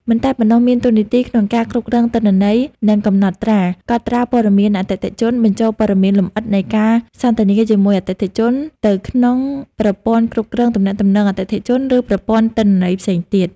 មិនតែប៉ុណ្ណោះ មានតួនាទីក្នុងការគ្រប់គ្រងទិន្នន័យ និងកំណត់ត្រា កត់ត្រាព័ត៌មានអតិថិជន បញ្ចូលព័ត៌មានលម្អិតនៃការសន្ទនាជាមួយអតិថិជនទៅក្នុងប្រព័ន្ធគ្រប់គ្រងទំនាក់ទំនងអតិថិជន ឬប្រព័ន្ធទិន្នន័យផ្សេងទៀត។